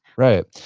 right.